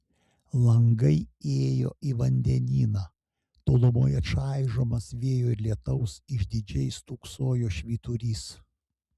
langai ėjo į vandenyną tolumoje čaižomas vėjo ir lietaus išdidžiai stūksojo švyturys